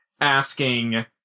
asking